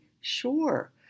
Sure